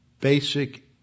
basic